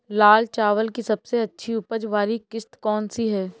लाल चावल की सबसे अच्छी उपज वाली किश्त कौन सी है?